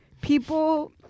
People